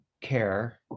care